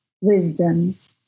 wisdoms